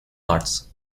arts